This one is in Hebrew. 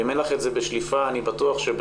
ואם אין לך את זה בשליפה אני בטוח שבחמש